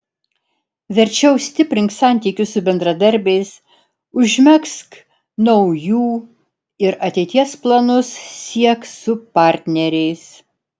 verčiau stiprink santykius su bendradarbiais užmegzk naujų ir ateities planus siek su partneriais